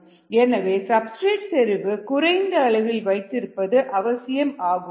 எனவே சப்ஸ்டிரேட் செறிவு குறைந்த அளவில் வைத்திருப்பது அவசியமாகும்